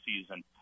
season